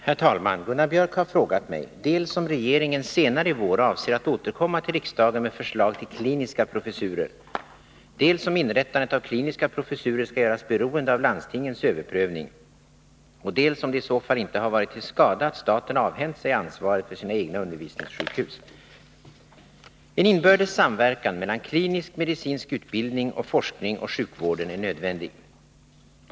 Herr talman! Gunnar Biörck i Värmdö har frågat mig dels om regeringen senare i vår avser att återkomma till riksdagen med förslag till kliniska professurer, dels om inrättandet av kliniska professurer skall göras beroende av landstingens överprövning, och dels om det i så fall inte har varit till skada att staten avhänt sig ansvaret för sina egna undervisningssjukhus. En inbördes samverkan mellan klinisk, medicinsk utbildning och forskning och sjukvården är nödvändig.